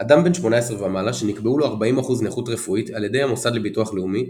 אדם בן 18 ומעלה שנקבעו לו 40% נכות רפואית על ידי המוסד לביטוח לאומי,